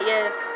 Yes